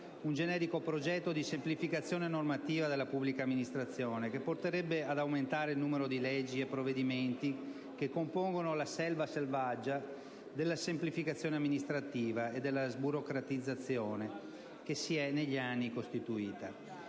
un generico progetto di semplificazione normativa della pubblica amministrazione, che porterebbe ad aumentare il numero di leggi e provvedimenti che compongono la «selva selvaggia» della semplificazione amministrativa e della sburocratizzazione che si è negli anni costituita.